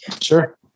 Sure